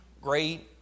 great